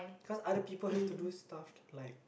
cause other people have to do stuff like